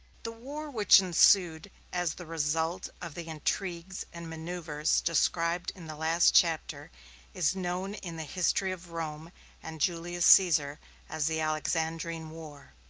the war which ensued as the result of the intrigues and maneuvers described in the last chapter is known in the history of rome and julius caesar as the alexandrine war.